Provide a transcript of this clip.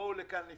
אני